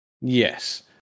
Yes